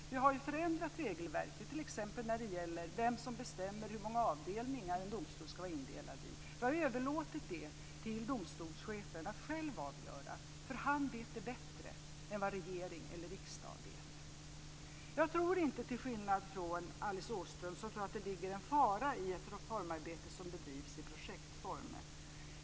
Regelverket har förändrats, t.ex. när det gäller vem som bestämmer hur många avdelningar en domstol ska vara indelad i. Det har överlåtits till domstolschefen att själv avgöra, för han vet det bättre än regering och riksdag. Jag tror inte, till skillnad från Alice Åström, att det ligger en fara i ett reformarbete som bedrivs i projektform.